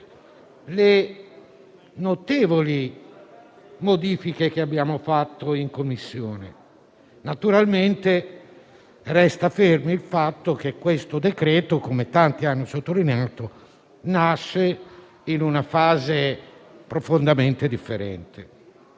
le notevoli modifiche che abbiamo apportato al provvedimento in Commissione. Naturalmente resta fermo il fatto che questo decreto-legge - come tanti hanno sottolineato - nasce in una fase profondamente differente,